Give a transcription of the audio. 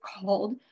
called